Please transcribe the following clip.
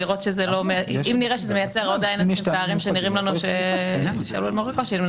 אם נראה שזה מייצר פערים, נחזור.